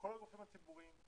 כל הגופים הציבוריים,